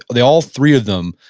they all three of them,